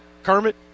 Kermit